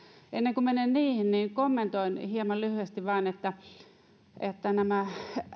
ennen kuin menen niihin niin kommentoin hieman lyhyesti vain että